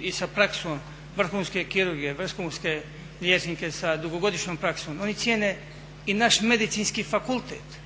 i sa praksom, vrhunske kirurge, vrhunske liječnike sa dugogodišnjom praksom, oni cijene i naš Medicinski fakultet,